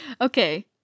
Okay